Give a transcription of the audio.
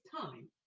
time